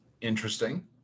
Interesting